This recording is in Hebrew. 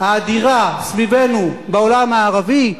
האדירה סביבנו בעולם הערבי,